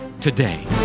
today